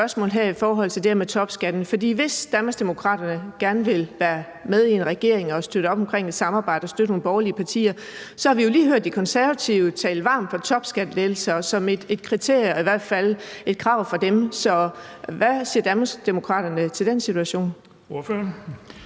i forhold til det med topskatten, hvis Danmarksdemokraterne gerne vil være med i en regering og støtte op om et samarbejde og støtte nogle borgerlige partier, for vi jo lige har hørt De Konservative tale varmt for topskattelettelser som et krav fra deres side. Så hvad siger Danmarksdemokraterne til den situation?